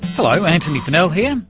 hello, antony funnell here,